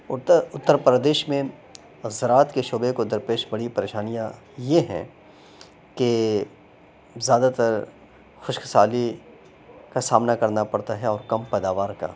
اُتر اُتر پردیش میں زراعت کے شعبے کو درپیش پڑی پریشانیاں یہ ہیں کہ زیادہ تر خشک سالی کا سامنا کرنا پڑتا ہے اور کم پیداوار کا